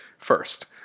First